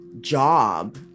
job